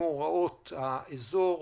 ומאורעות באזור.